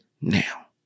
now